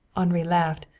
henri laughed,